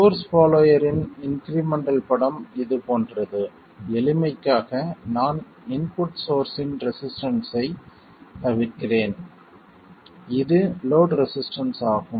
source பாலோயரின் incremental படம் இது போன்றது எளிமைக்காக நான் இன்புட் சோர்ஸ்ஸின் ரெசிஸ்டன்ஸ்ஸைத் தவிர்க்கிறேன் இது லோட் ரெசிஸ்டன்ஸ் ஆகும்